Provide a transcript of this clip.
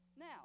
now